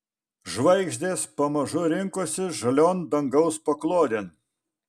žvaigždės pamažu rinkosi žalion dangaus paklodėn